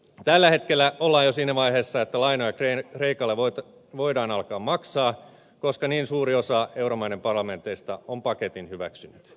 tällä hetkellä ollaan jo siinä vaiheessa että lainoja kreikalle voidaan alkaa maksaa koska niin suuri osa euromaiden parlamenteista on paketin hyväksynyt